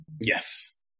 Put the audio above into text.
yes